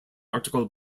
article